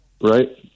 right